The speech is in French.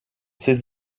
ses